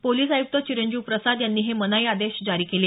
police आयुक्त चिरंजीव प्रसाद यांनी हे मनाई आदेश जारी केले